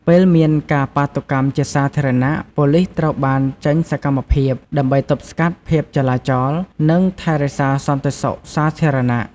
ពេលមានការបាតុកម្មជាសាធារណៈ ប៉ូលីសត្រូវបានចេញសកម្មភាព ដើម្បីទប់ស្កាត់ភាពចលាចល និងថែរក្សាសន្តិសុខសាធារណៈ។